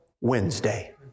Wednesday